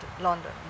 London